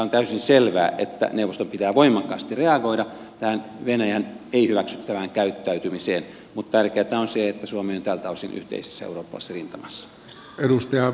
on täysin selvää että neuvoston pitää voimakkaasti reagoida tähän venäjän ei hyväksyttävään käyttäytymiseen mutta tärkeätä on se että suomi on tältä osin yhteisessä eurooppalaisessa rintamassa